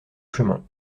chemin